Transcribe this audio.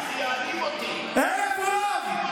איך?